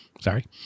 Sorry